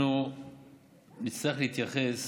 אנחנו נצטרך להתייחס